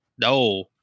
no